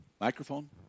microphone